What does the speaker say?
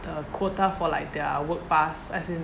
the quota for like their work pass as in